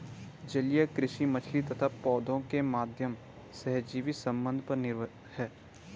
जलीय कृषि मछली तथा पौधों के माध्यम सहजीवी संबंध पर निर्भर है